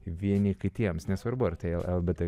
vieni kitiems nesvarbu ar tai lbt bet